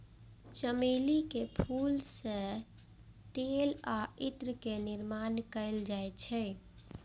चमेली के फूल सं तेल आ इत्र के निर्माण कैल जाइ छै